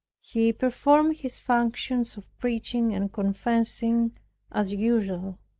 he performed his functions of preaching and confessing as usual.